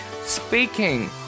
Speaking